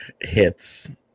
hits